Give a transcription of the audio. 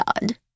God